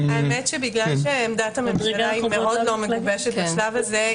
כיוון שעמדת הממשלה מאוד לא מגובשת בשלב הזה,